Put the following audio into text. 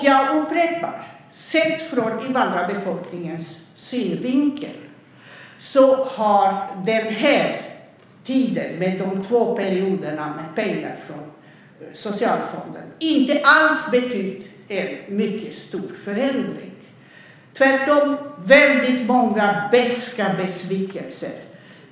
Jag upprepar: Sett från invandrarbefolkningens synvinkel har den här tiden med de två perioderna med pengar från Socialfonden inte alls betytt en mycket stor förändring - tvärtom väldigt många beska besvikelser.